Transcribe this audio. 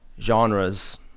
genres